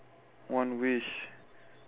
one wish